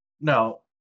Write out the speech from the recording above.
no